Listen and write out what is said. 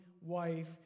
wife